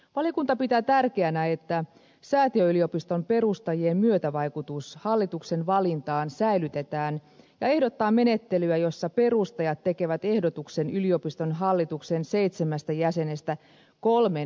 valiokunta pitää tärkeänä että säätiöyliopiston perustajien myötävaikutus hallituksen valintaan säilytetään ja ehdottaa menettelyä jossa perustajat tekevät ehdotuksen yliopiston hallituksen seitsemästä jäsenestä kolmen nimeämistä varten